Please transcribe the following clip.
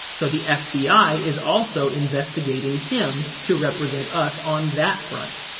so the fbi is also investigating him to represent us on that front.